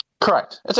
Correct